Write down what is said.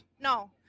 No